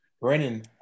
Brennan